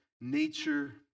nature